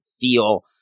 feel